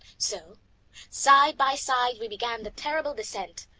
so side by side we began the terrible descent.